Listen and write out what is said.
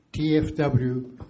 TFW